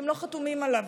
אתם לא חתומים עליו.